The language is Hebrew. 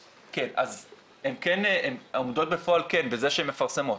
הן עומדות בפועל בזה שהן מפרסמות.